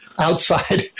outside